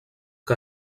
que